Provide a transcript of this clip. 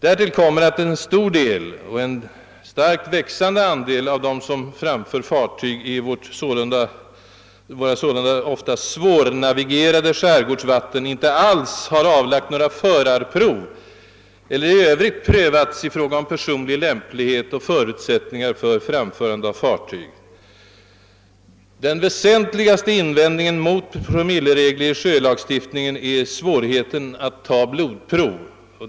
Härtill kommer att en stor och starkt växande andel av dem som framför fartyg i våra ofta svårnavigerade skärgårdsvatten inte har avlagt några som helst förarprov eller i övrigt prövats beträffande personlig lämplighet och förutsättningar för framförande av fartyg. Den väsentligaste invändningen mot införande av promilleregler i sjölagstiftningen är svårigheterna att ta blodprov.